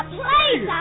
place